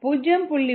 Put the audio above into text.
0